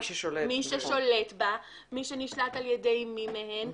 מי שנשלט על ידי מי מהן',